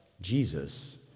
Jesus